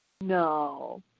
No